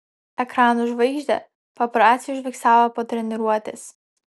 ekranų žvaigždę paparaciai užfiksavo po treniruotės